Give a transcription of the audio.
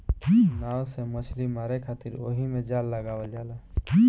नाव से मछली मारे खातिर ओहिमे जाल लगावल जाला